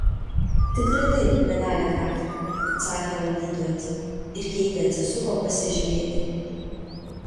tikrai taip panele kraft atsakė valdytojas ir keitė atsisuko pasižiūrėti